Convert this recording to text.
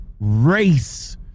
race